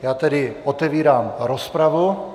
Já tedy otevírám rozpravu.